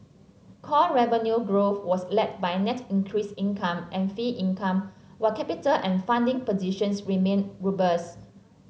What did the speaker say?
core revenue growth was led by net interest income and fee income while capital and funding positions remain robust